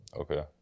okay